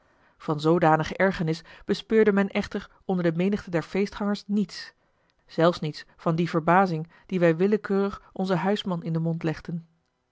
van zoodanige ergernis bespeurde men echter onder de menigte der feestgangers niets zelfs niets van die verbazing die wij willekeurig onzen huisman in den mond legden